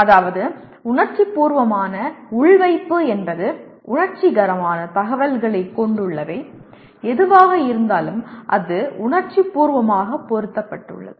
அதாவது உணர்ச்சிபூர்வமான உள்வைப்பு என்பது உணர்ச்சிகரமான தகவல்களைக் கொண்டுள்ளவை எதுவாக இருந்தாலும் அது உணர்ச்சிபூர்வமாக பொருத்தப்பட்டுள்ளது